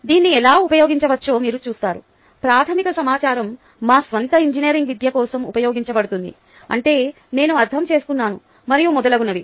దీన్ని ఎలా ఉపయోగించవచ్చో మీరు చూస్తారు ప్రాథమిక సమాచారం మా స్వంత ఇంజనీరింగ్ విద్య కోసం ఉపయోగించబడుతుంది అంటే నేను అర్థం చేసుకున్నాను మరియు మొదలగునవి